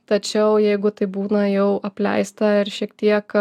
tačiau jeigu tai būna jau apleista ir šiek tiek